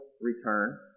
return